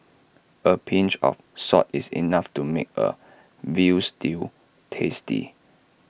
A pinch of salt is enough to make A Veal Stew tasty